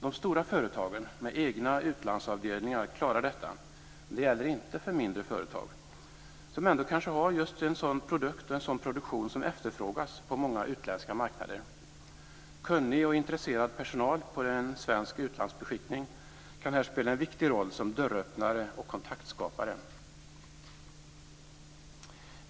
De stora företagen med egna utlandsavdelningar klarar detta, men det gäller inte för mindre företag som ändå kanske har just en sådan produkt och en sådan produktion som efterfrågas på många utländska marknader. Kunnig och intresserad personal på en svensk utlandsbeskickning kan här spela en viktig roll som dörröppnare och kontaktskapare.